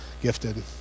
gifted